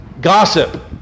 gossip